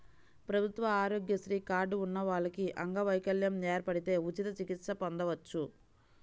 ప్రభుత్వ ఆరోగ్యశ్రీ కార్డు ఉన్న వాళ్లకి అంగవైకల్యం ఏర్పడితే ఉచిత చికిత్స పొందొచ్చు